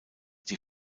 die